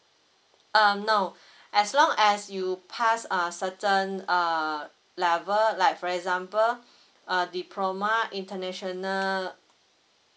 um no as long as you pass err certain err level like for example a diploma international